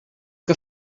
que